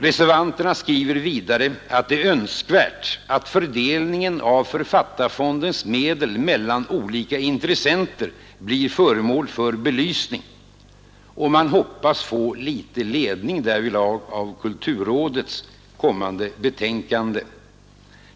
Reservanterna skriver vidare att det är ”önskvärt att fördelningen av författarfondens medel mellan olika intressenter blir föremål för belysning”, och man hoppas få litet ledning därvidlag av kulturrådets kommande betänkande.